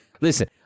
Listen